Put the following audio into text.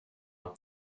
det